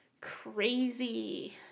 crazy